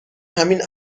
همین